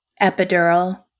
epidural